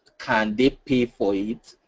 can they pay for it?